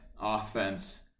offense